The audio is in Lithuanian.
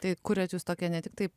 tai kuriate jūs tokia ne tiktai